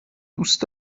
دوست